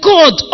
God